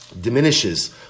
diminishes